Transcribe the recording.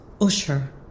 Usher